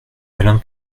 alain